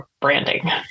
branding